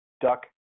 Duck